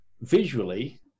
visually